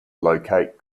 locate